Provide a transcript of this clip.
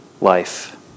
life